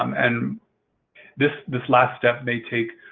um and this this last step may take